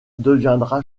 deviendra